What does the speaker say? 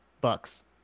Bucks